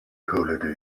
holiday